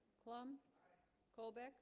clumb colbeck